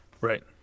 right